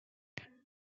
yes